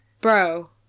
Bro